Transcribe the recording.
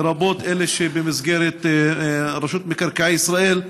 לרבות אלה שבמסגרת רשות מקרקעי ישראל.